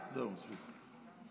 מלכיאלי,